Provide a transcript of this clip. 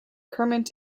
kermit